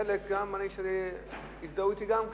וחלק גם הזדהו אתי, גם כן.